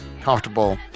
comfortable